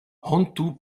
hontu